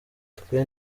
teta